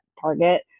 target